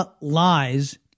lies